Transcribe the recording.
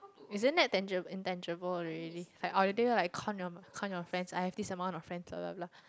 isn't that tangi~ intangible already like already con your con your friends I have this amount of friends blah blah blah